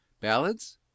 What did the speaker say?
Ballads